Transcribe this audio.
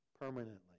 permanently